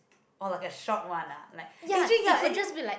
or like a short one ah like eh actually ya any